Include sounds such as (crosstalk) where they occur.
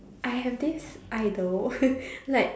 I have this idol (laughs) like